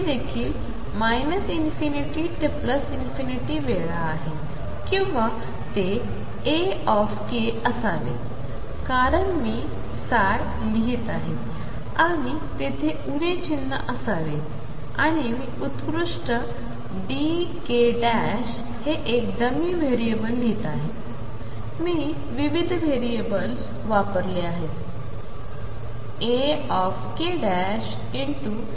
हे देखील ∞ ते वेळा आहे किंवा ते Ak असावेत कारण मी लिहित आहे आणि तेथे उणे चिन्ह असावे आणि मी उत्कृष्ट dk हे एक डमी व्हेरिएबल लिहीत आहे मी विविध व्हेरिएबल्स चल वापरले आहेत Akeikx2π म्हणजे